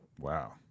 Wow